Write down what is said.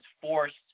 forced